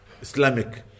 Islamic